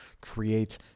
create